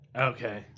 okay